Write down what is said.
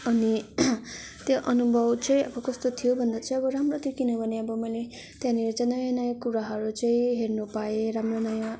अनि त्यो अनुभव चाहिँ अब कस्तो थियो भन्दा चाहिँ राम्रो थियो किनभने अब मैले त्यहाँनिर चाहिँ नयाँ नयाँ कुराहरू चाहिँ हेर्नु पाएँ राम्रो नयाँ